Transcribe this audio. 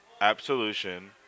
Absolution